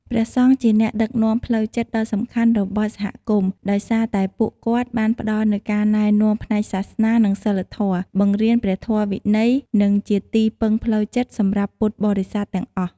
ព្រះសង្ឃជាអ្នកដឹកនាំផ្លូវចិត្តដ៏សំខាន់របស់សហគមន៍ ដោយសារតែពួកគាត់បានផ្ដល់នូវការណែនាំផ្នែកសាសនា និងសីលធម៌ បង្រៀនព្រះធម៌វិន័យ និងជាទីពឹងផ្លូវចិត្តសម្រាប់ពុទ្ធបរិស័ទទាំងអស់។